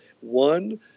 one